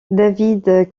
david